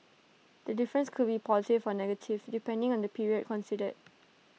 the difference could be positive or negative depending on the period considered